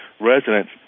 residents